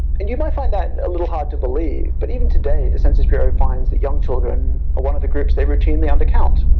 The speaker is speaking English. and you might find that a little hard to believe, but even today, this census bureau finds young children one of the groups they routinely under count.